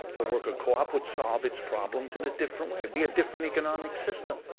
a worker co-op would solve its problems in a different way, be a different economic system.